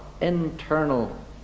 internal